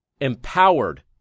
empowered